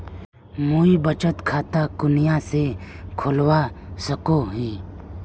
मुई बचत खता कुनियाँ से खोलवा सको ही?